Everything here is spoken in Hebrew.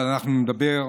אבל אנחנו נדבר,